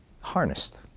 harnessed